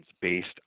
based